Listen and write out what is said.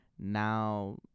Now